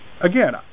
Again